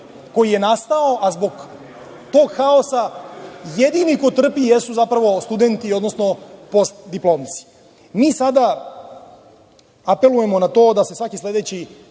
koji je nastao, a zbog tog haosa jedini koji trpe jesu studenti odnosno postdiplomci. Mi sada apelujemo na to da se svaki sledeći